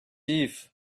eve